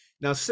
Now